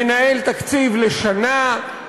מנהל תקציב לשנה,